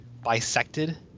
bisected